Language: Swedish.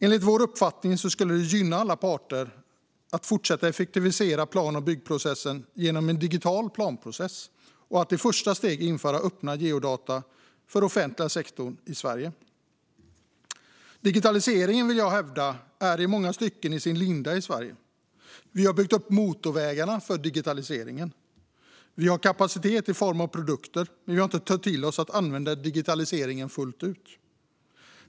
Enligt vår uppfattning skulle det gynna alla parter att fortsätta att effektivisera plan och byggprocessen genom en digital planprocess och att i ett första steg införa öppna geodata för den offentliga sektorn i Sverige. Jag vill hävda att digitaliseringen i många stycken är i sin linda i Sverige. Vi har byggt motorvägarna för digitaliseringen, vi har kapaciteten i form av produkter men vi har inte tagit till oss att använda digitaliseringen fullt ut.